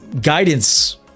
guidance